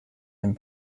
and